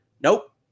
Nope